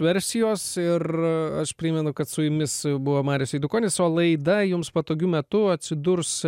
versijos ir aš primenu kad su jumis buvo marius eidukonis o laida jums patogiu metu atsidurs